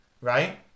right